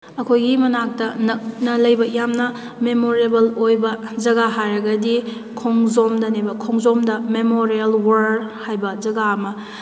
ꯑꯩꯈꯣꯏꯒꯤ ꯃꯅꯥꯛꯇ ꯅꯛꯅ ꯂꯩꯕ ꯌꯥꯝꯅ ꯃꯦꯃꯣꯔꯦꯕꯜ ꯑꯣꯏꯕ ꯖꯒꯥ ꯍꯥꯏꯔꯒꯗꯤ ꯈꯣꯡꯖꯣꯝꯗꯅꯦꯕ ꯈꯣꯡꯖꯣꯝꯗ ꯃꯦꯃꯣꯔꯤꯌꯜ ꯋꯥꯔ ꯍꯥꯏꯕ ꯖꯒꯥ ꯑꯃ